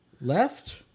Left